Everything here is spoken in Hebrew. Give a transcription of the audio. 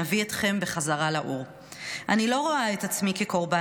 נביא אתכם בחזרה אל האור"; "אני לא רואה את עצמי כקורבן.